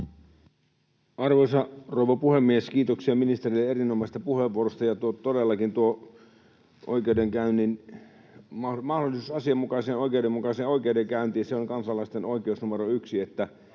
Arvoisa rouva puhemies! Kiitoksia ministerille erinomaisesta puheenvuorosta. Todellakin tuo mahdollisuus asianmukaiseen ja oikeudenmukaiseen oikeudenkäyntiin on kansalaisten oikeus numero 1,